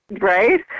Right